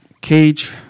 Cage